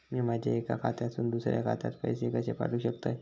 मी माझ्या एक्या खात्यासून दुसऱ्या खात्यात पैसे कशे पाठउक शकतय?